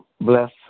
bless